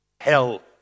hell